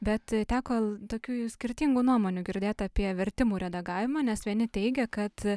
bet teko tokių skirtingų nuomonių girdėt apie vertimų redagavimą nes vieni teigia kad